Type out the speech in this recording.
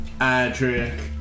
Adric